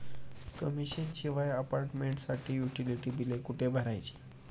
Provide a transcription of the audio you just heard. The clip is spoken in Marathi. कमिशन शिवाय अपार्टमेंटसाठी युटिलिटी बिले कुठे भरायची?